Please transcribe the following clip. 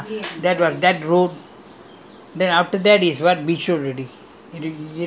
the big letter ah bigger [one] ah that [one] that row